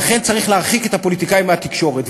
לכן צריך להרחיק את הפוליטיקאים מהתקשורת.